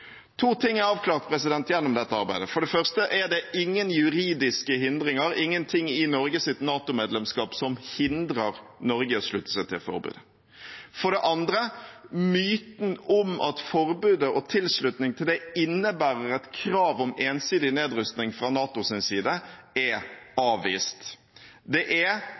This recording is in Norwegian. To ting er avklart gjennom dette arbeidet. For det første: Det er ingen juridiske hindringer, ingenting i Norges NATO-medlemskap som hindrer Norge i å slutte seg til forbudet. For det andre: Myten om at forbudet og tilslutning til det innebærer et krav om ensidig nedrustning fra NATOs side, er avvist. Det er